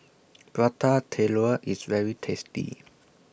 Prata Telur IS very tasty